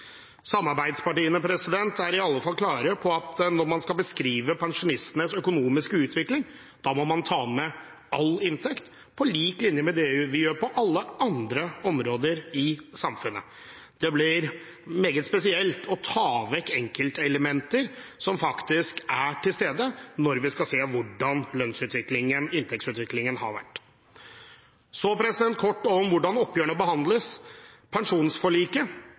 er i alle fall klare på at når man skal beskrive pensjonistenes økonomiske utvikling, må man ta med all inntekt, på lik linje med det vi gjør på alle andre områder i samfunnet. Det blir meget spesielt å ta vekk enkeltelementer som faktisk er til stede, når vi skal se på hvordan inntektsutviklingen har vært. Så kort om hvordan oppgjørene behandles. Pensjonsforliket,